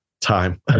time